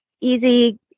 easy